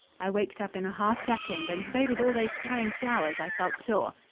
i waked up in a half-second, and so did all those prying flowers, i felt sure.